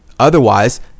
Otherwise